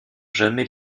jamais